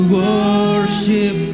worship